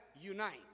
unite